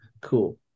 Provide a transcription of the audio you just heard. cool